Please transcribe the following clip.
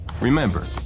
Remember